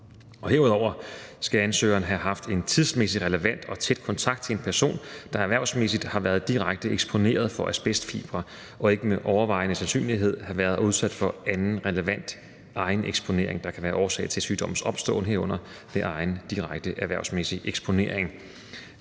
Herudover skal ansøgeren have haft en tidsmæssigt relevant og tæt kontakt til en person, der erhvervsmæssigt har været direkte eksponeret for asbestfibre, og ikke med overvejende sandsynlighed have været udsat for anden relevant egen eksponering, der kan være årsag til sygdommens opståen, herunder ved egen direkte erhvervsmæssig eksponering.